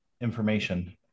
information